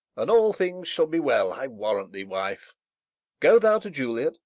and all things shall be well, i warrant thee, wife go thou to juliet,